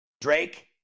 Drake